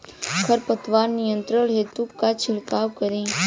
खर पतवार नियंत्रण हेतु का छिड़काव करी?